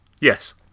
Yes